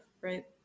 right